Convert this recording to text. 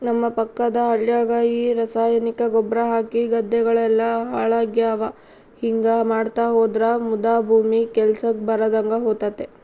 ನಮ್ಮ ಪಕ್ಕದ ಹಳ್ಯಾಗ ಈ ರಾಸಾಯನಿಕ ಗೊಬ್ರ ಹಾಕಿ ಗದ್ದೆಗಳೆಲ್ಲ ಹಾಳಾಗ್ಯಾವ ಹಿಂಗಾ ಮಾಡ್ತಾ ಹೋದ್ರ ಮುದಾ ಭೂಮಿ ಕೆಲ್ಸಕ್ ಬರದಂಗ ಹೋತತೆ